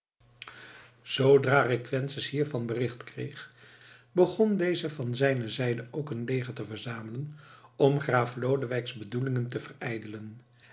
zoodra requesens hiervan bericht kreeg begon deze van zijne zijde ook een leger te verzamelen om graaf lodewijks bedoelingen te verijdelen